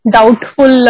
doubtful